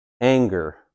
anger